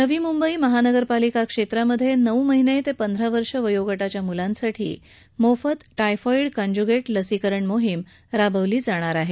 नवी मुंबई महापालिका क्षेत्रामध्ये नऊ महिने ते पंधरा वर्ष वयोगटाच्या मुलांसाठी मोफत टायफॉड्ड कंज्युगेट लसीकरण मोहिम राबविली जाणार आहे